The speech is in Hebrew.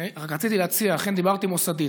רק רציתי להציע, אכן דיברתי מוסדית.